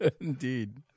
Indeed